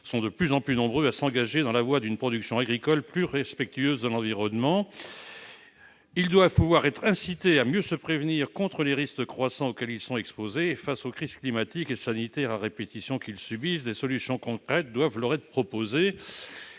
sont de plus en plus nombreux à s'engager dans la voie d'une production agricole plus respectueuse de l'environnement. Ils doivent être incités à mieux se prémunir contre les risques croissants auxquels ils sont exposés. Face aux crises climatiques et sanitaires qu'ils subissent à répétition, des solutions concrètes doivent leur être proposées.